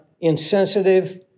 insensitive